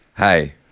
Hey